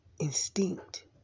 instinct